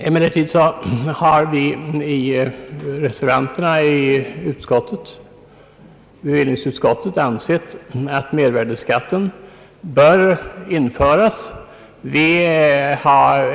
Emellertid har reservanterna i bevillningsutskottet ansett att mervärdeskatt bör införas.